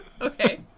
Okay